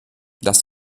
das